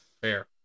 Fair